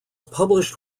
published